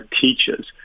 teachers